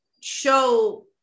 show